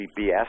BS